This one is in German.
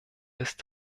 ist